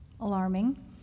alarming